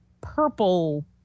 purple